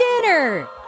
dinner